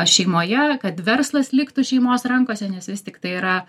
šeimoje kad verslas liktų šeimos rankose nes vis tiktai yra